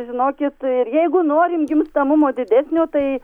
žinokit ir jeigu norim gimstamumo didesnio tai